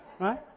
Right